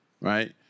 right